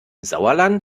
sauerland